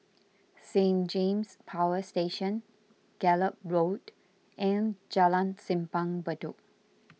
Saint James Power Station Gallop Road and Jalan Simpang Bedok